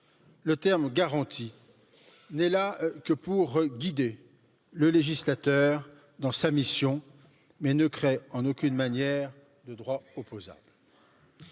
Le terme garantie n'est là que pour guider le législateur dans sa mission, mais ne crée, en aucune manière, de droit opposable.